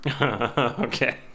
Okay